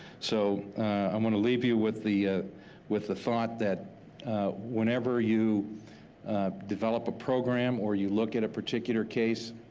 so i'm gonna leave you with the with the thought that whenever you develop a program or you look at a particular case,